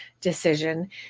decision